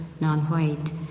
non-white